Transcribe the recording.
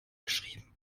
geschrieben